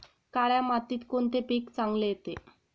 काळ्या मातीत कोणते पीक चांगले येते?